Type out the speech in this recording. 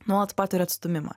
nuolat patiriu atstūmimą